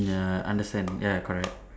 ya understand ya correct